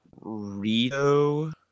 Rito